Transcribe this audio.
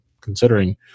considering